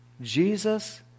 Jesus